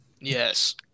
Yes